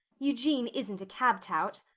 eugene isn't a cab tout.